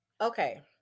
okay